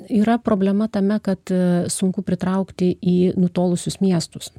yra problema tame kad ee sunku pritraukti į nutolusius miestus